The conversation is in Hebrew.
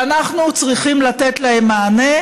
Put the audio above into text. ואנחנו צריכים לתת להן מענה,